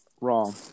Wrong